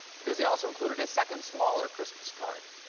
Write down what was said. because he also included a second, smaller christmas card.